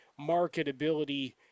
marketability